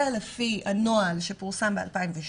זה לפי הנוהל שפורסם ב-2013.